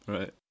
Right